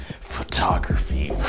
Photography